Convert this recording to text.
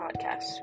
podcast